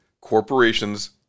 corporations